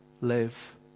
live